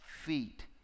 feet